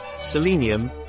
selenium